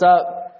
up